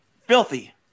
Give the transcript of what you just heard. Filthy